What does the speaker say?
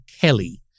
Kelly